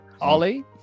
Ollie